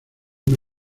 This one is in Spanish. una